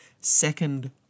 second